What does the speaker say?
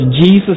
Jesus